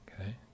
Okay